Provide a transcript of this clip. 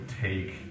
take